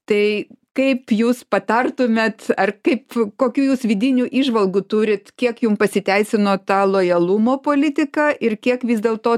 tai kaip jūs patartumėt ar kaip kokių jūs vidinių įžvalgų turit kiek jum pasiteisino ta lojalumo politika ir kiek vis dėlto